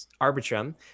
Arbitrum